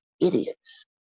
idiots